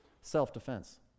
Self-defense